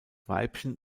weibchen